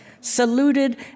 saluted